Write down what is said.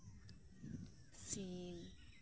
ᱥᱤᱢ